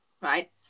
right